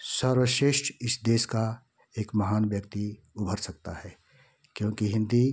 सर्वश्रेष्ठ इस देश का एक महान व्यक्ति उभर सकता है क्योंकि हिन्दी